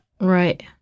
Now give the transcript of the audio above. Right